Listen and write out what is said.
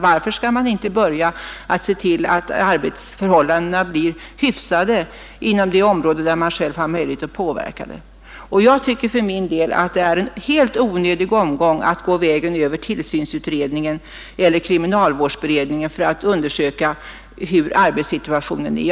Varför skall man inte börja att se till att arbetsförhållandena blir hyfsade på de områden där man själv har möjlighet att påverka dem? Jag tycker för min del att det är en helt onödig omväg att gå över tillsynsutredningen eller kriminalvårdsberedningen för att undersöka hur arbetssituationen är.